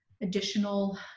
additional